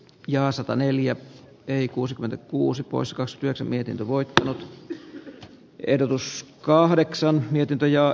ja sataneljä eli kuusikymmentäkuusi pois kasviasemia tavoittanut ehdotus kahdeksan mietintö ja